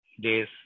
days